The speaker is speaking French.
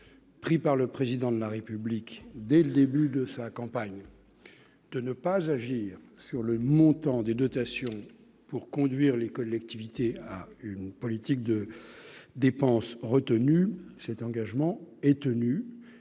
pris par le président de la République, dès le début de sa campagne, de ne pas agir sur le montant des dotations pour conduire les collectivités à une politique de dépenses retenu cet engagement est tenu